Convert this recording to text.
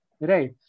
right